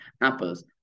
Apples